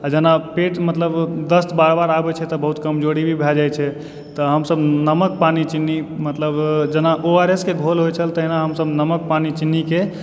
आ जेना पेट मतलब दस्त बार बार आबै छै तऽ बहुत कमजोरी भी भय जाइ छै तऽ हमसब नमक पानि चिन्नी मतलब जेना ओ आर एस के घोल होइ छल तहिना हमसब नमक पानि चिन्नी के